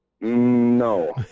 No